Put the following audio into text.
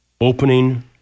Opening